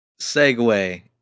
segue